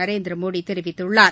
நரேந்திர மோடி தெரிவித்துள்ளார்